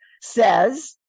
says